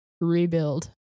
rebuild